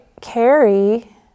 carry